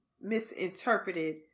misinterpreted